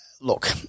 look